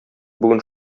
бүген